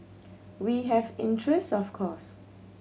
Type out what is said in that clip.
we have interest of course